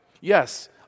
Yes